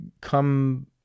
come –